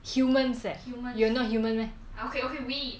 humans leh you are not human meh